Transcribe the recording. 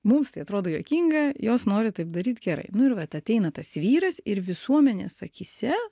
mums tai atrodo juokinga jos nori taip daryt gerai nu ir vat ateina tas vyras ir visuomenės akyse